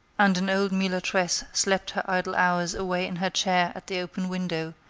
and an old mulatresse slept her idle hours away in her chair at the open window,